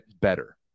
better